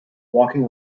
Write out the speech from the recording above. walking